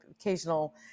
occasional